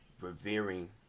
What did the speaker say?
revering